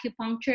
acupuncture